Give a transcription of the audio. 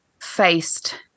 faced